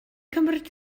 cymryd